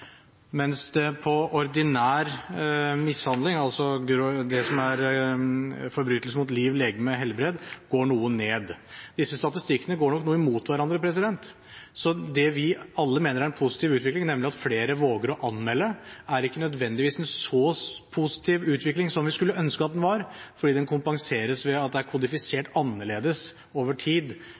mens når det gjelder ordinær mishandling, altså det som er forbrytelser mot liv, legeme og helbred, går det noe ned. Disse statistikkene går nok noe imot hverandre, så det vi alle mener er en positiv utvikling, nemlig at flere våger å anmelde, er ikke nødvendigvis en så positiv utvikling som vi skulle ønske at den var, fordi den kompenseres ved at det er kodifisert annerledes over tid